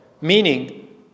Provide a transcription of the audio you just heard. Meaning